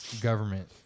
government